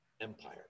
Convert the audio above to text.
Empire